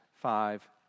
five